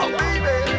baby